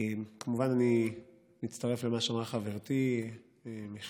כמובן, אני מצטרף למה שאמרה חברתי מיכל,